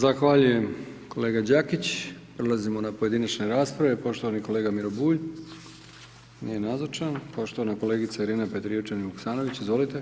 Zahvaljujem kolega Đakić, prelazimo na pojedinačne rasprave, poštovani kolega Miro Bulj, nije nazočan, poštovana kolegica Irena Perijevčanin Vuksanović, izvolite.